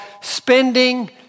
spending